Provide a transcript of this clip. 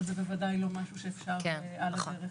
אבל זה בוודאי לא משהו שאפשר על הדרך,